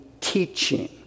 teaching